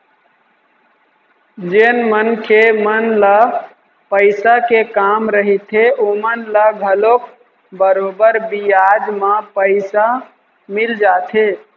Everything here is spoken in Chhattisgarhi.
जेन मनखे मन ल पइसा के काम रहिथे ओमन ल घलोक बरोबर बियाज म पइसा मिल जाथे